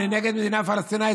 אני נגד מדינה פלסטינית,